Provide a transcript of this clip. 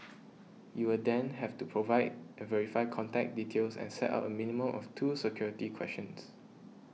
you will then have to provide and verify contact details and set up a minimum of two security questions